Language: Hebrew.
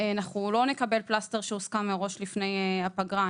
אנחנו לא נקבל פלסטר שהוסכם מראש לפני הפגרה.